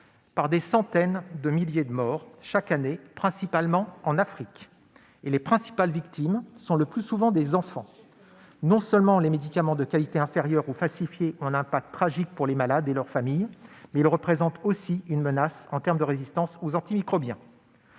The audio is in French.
par des centaines de milliers de morts chaque année, principalement en Afrique. Ces victimes sont le plus souvent des enfants. Non seulement les médicaments de qualité inférieure ou falsifiés ont un impact tragique pour les malades et leurs familles, mais ils représentent aussi une menace en termes de résistance aux antimicrobiens.